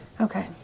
Okay